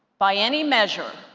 by any measure,